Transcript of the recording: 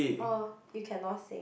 orh you cannot sing